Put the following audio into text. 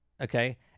okay